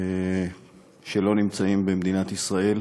שלא נמצאים במדינת ישראל.